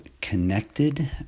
connected